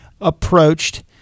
approached